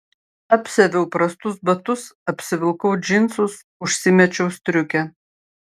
apsiaviau prastus batus apsivilkau džinsus užsimečiau striukę